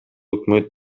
өкмөт